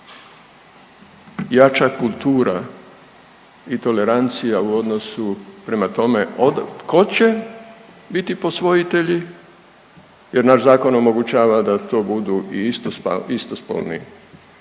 jača kultura i tolerancija u odnosu prema tome tko će biti posvojitelji jer naš zakon omogućava da to budu i istospolni